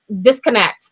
disconnect